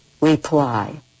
reply